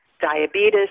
diabetes